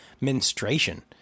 menstruation